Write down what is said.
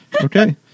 Okay